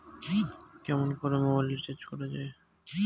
কেমন করে mobile recharge করা য়ায়?